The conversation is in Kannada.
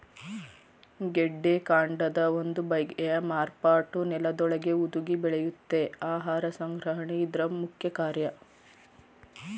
ಗೆಡ್ಡೆಕಾಂಡದ ಒಂದು ಬಗೆಯ ಮಾರ್ಪಾಟು ನೆಲದೊಳಗೇ ಹುದುಗಿ ಬೆಳೆಯುತ್ತೆ ಆಹಾರ ಸಂಗ್ರಹಣೆ ಇದ್ರ ಮುಖ್ಯಕಾರ್ಯ